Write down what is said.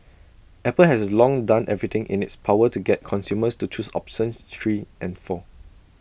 Apple has long done everything in its power to get consumers to choose three and four